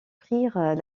prirent